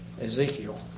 Ezekiel